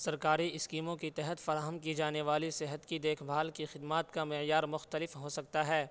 سرکاری اسکیموں کی تحت فراہم کی جانی والی صحت کی دیکھ بھال کی خدمات کا معیار مختلف ہو سکتا ہے